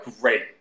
great